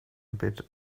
bit